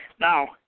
Now